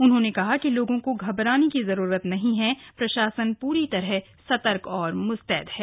उन्होंने कहा कि लोगों को घबराने की जरूरत नहीं है प्रशासन पूरी तरह सर्तक और मुस्तैद है